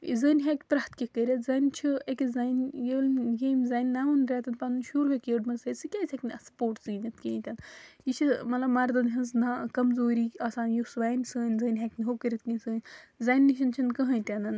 یہِ زٔنۍ ہیٚکہِ پرٛیٚتھ کیٚنٛہہ کٔرِتھ زَنہِ چھُ أکِس زَنہِ ییٚلہِ یم زَنہِ نوَن ریٚتَن پَنُن شُر ہیٚوک یٔڑ منٛز تھایِتھ سۄ کیازِ ہیٚکہِ نہٕ اَتھ سپورٹٕس زیٖنِتھ کِہینۍ تہِ نہٕ یہِ چھِ مطلب مَردَن ہنٛز نا کَمزوٗری آسان یُس وَنہِ سٲنۍ زٔنۍ ہیٚکہِ نہٕ ہُو کٔرِتھ کیٚنٛہہ سٲنۍ زَنہِ نِش چھَنہٕ کٕہٲنۍ تہِ نہٕ